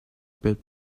bit